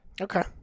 Okay